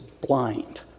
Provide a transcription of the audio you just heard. blind